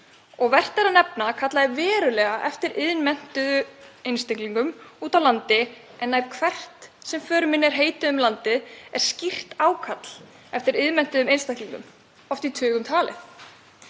Vert er að nefna að kallað er verulega eftir iðnmenntuðum einstaklingum úti á landi, en næstum hvert sem för minni er heitið um landið er skýrt ákall eftir iðnmenntuðum einstaklingum, oft í tugum talið.